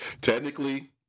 technically